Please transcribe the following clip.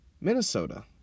Minnesota